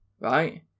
Right